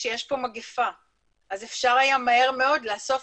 שיש פה מגפה אז אפשר היה מהר מאוד לאסוף